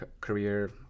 career